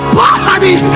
body